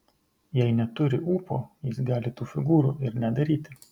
jei neturi ūpo jis gali tų figūrų ir nedaryti